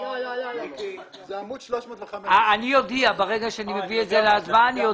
אני מבקש התייעצות סיעתית.